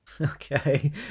okay